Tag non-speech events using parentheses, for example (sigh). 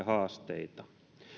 (unintelligible) haasteita